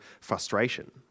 frustration